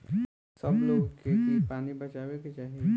सब लोग के की पानी बचावे के चाही